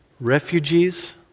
refugees